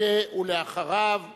כך עוברים את זה.